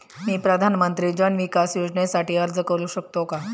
मी प्रधानमंत्री जन विकास योजनेसाठी अर्ज करू शकतो का?